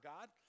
God